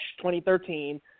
2013